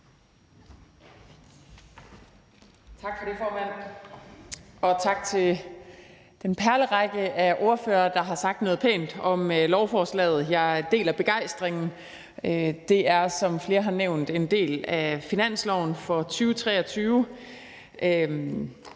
Tak for det, formand. Og tak til den perlerække af ordførere, der har sagt noget pænt om lovforslaget. Jeg deler begejstringen. Det er, som flere har nævnt, en del af finansloven for 2023.